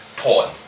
porn